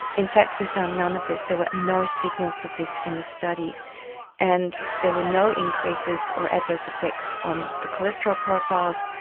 in fact we found none of this, there were no signals of this in the study and there were no increases or adverse effects on the cholesterol profiles,